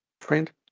friend